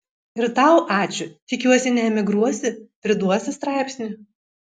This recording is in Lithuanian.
ir tau ačiū tikiuosi neemigruosi priduosi straipsnį